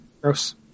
Gross